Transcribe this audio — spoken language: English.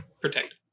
protect